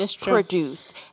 produced